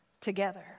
together